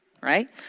right